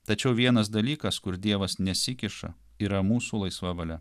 tačiau vienas dalykas kur dievas nesikiša yra mūsų laisva valia